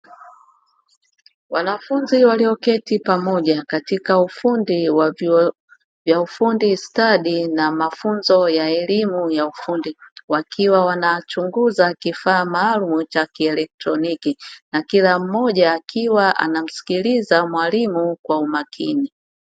Wanafunzi walioketi pamoja katika ufundi wa vyuo vya ufundi stadi na mafunzo ya elimu ya ufundi, wakiwa wanachunguza kifaa maalumu cha kielektroniki, na kila mmoja akiwa anamsikiliza mwalimu kwa umakini.